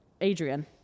adrian